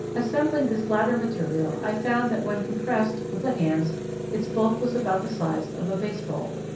assembling this latter material i found that when compressed with the hands its bulk was about the size of a baseball.